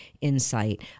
insight